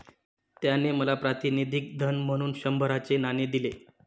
त्याने मला प्रातिनिधिक धन म्हणून शंभराचे नाणे दिले